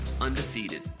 undefeated